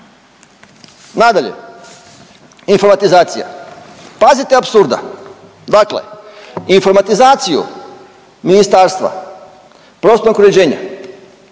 Nadalje, informatizacija. Pazite apsurda. Dakle, informatizaciju Ministarstva prostornog uređenja